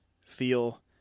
feel